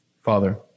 Father